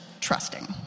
trusting